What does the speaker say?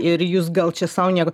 ir jūs gal čia sau nieko